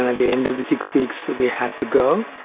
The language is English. ah and the end of the six weeks we had to go.